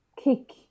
kick